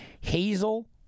Hazel